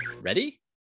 ready